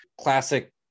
classic